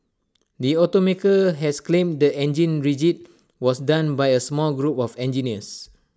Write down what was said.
the automaker has claimed the engine rigging was done by A small group of engineers